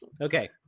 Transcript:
Okay